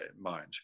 mind